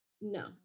no